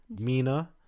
Mina